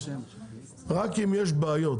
רק אם יש בעיות,